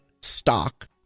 stock